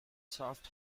soft